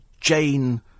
Jane